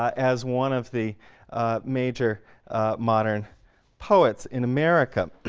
as one of the major modern poets in america.